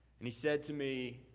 and he said to me,